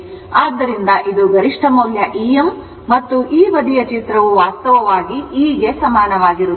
ಆದ್ದರಿಂದ ಇದು ಗರಿಷ್ಠ ಮೌಲ್ಯ Em ಮತ್ತು ಈ ಬದಿಯ ಚಿತ್ರವು ವಾಸ್ತವವಾಗಿ E ಗೆ ಸಮಾನವಾಗಿರುತ್ತದೆ